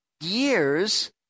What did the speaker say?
years